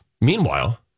Meanwhile